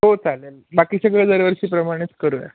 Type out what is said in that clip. हो चालेल बाकी सगळं दरवर्षीप्रमाणेच करूया